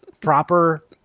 proper